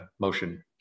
motion